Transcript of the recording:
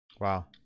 Wow